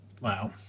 Wow